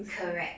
correct